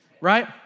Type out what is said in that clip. right